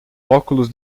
óculos